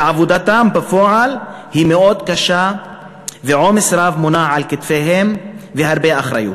עבודתם בפועל היא מאוד קשה ועומס רב מונח על כתפיהם והרבה אחריות.